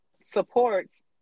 supports